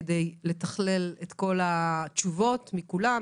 כדי לתכלל את כל התשובות מכולם,